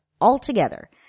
altogether